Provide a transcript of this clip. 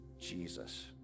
Jesus